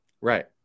right